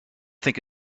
think